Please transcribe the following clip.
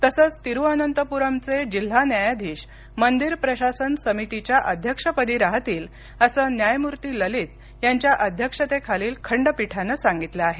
तसंच तिरुअनंतप्रमचे जिल्हा न्यायाधीश मंदिर प्रशासन समितीच्या अध्यक्षपदी राहतील असं न्यायमूर्ती ललित यांच्या अध्यक्षतेखालील खंडपीठानं सांगितलं आहे